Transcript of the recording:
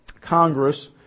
Congress